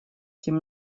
тем